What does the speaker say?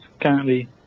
currently